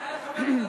נא לכבד את התקנון.